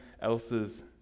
else's